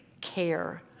care